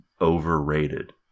overrated